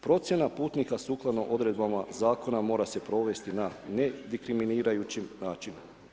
Procjena putnika sukladno odredbama zakona mora se provesti na nedikriminirajući način.